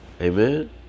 Amen